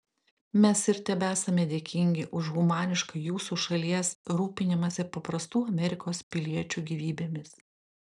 mes ir tebesame dėkingi už humanišką jūsų šalies rūpinimąsi paprastų amerikos piliečių gyvybėmis